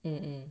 mm